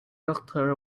doctor